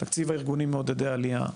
תקציב ארגונים מעודדי עלייה,